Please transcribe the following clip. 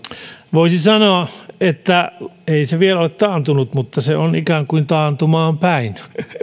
voisi sanoa että ei se vielä ole taantunut mutta se on ikään kuin taantumaan päin